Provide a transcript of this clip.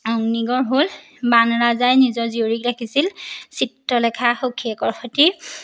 অগ্নিগড় হ'ল বাণৰজাই নিজৰ জীয়ৰীক ৰাখিছিল চিত্ৰলেখা সখীয়েকৰ সৈতে